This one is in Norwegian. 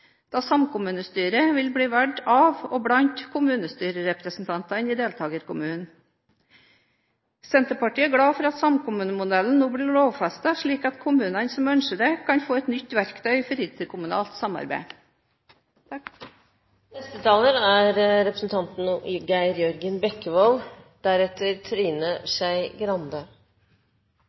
da samkommunestyret vil bli valgt av og blant kommunestyrerepresentantene i deltakerkommunene. Senterpartiet er glad for at samkommunemodellen nå blir lovfestet, slik at de kommunene som ønsker det, kan få et nytt verktøy for interkommunalt samarbeid.